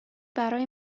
برای